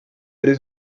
eres